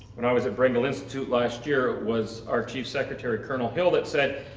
when i was at brendel institute last year was our chief secretary colonel hill that said,